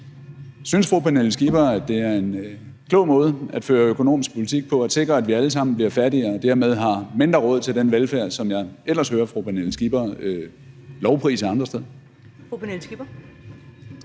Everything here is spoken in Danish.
Skipper, at det er en klog måde at føre økonomisk politik på, altså at sikre, at vi alle sammen bliver fattigere og dermed har mindre råd til den velfærd, som jeg ellers hører fru Pernille Skipper